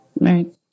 Right